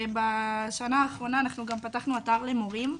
בשנה האחרונה אנחנו גם פתחנו אתר למורים,